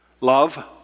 Love